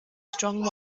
strong